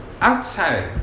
Outside